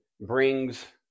brings